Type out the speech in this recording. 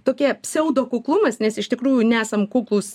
tokia pseudo kuklumas nes iš tikrųjų nesam kuklūs